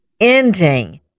ending